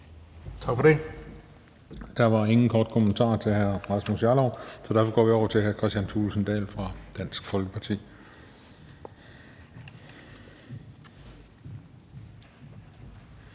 Tak for det. Der var ingen korte bemærkninger til hr. Rasmus Jarlov. Derfor går vi over til hr. Kristian Thulesen Dahl fra Dansk Folkeparti.